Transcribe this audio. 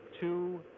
two